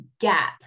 gap